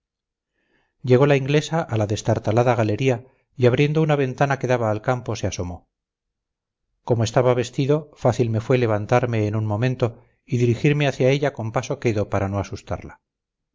llegó la inglesa a la destartalada galería y abriendo una ventana que daba al campo se asomó como estaba vestido fácil me fue levantarme en un momento y dirigirme hacia ella con paso quedo para no asustarla